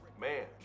man